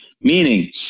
Meaning